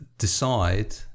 decide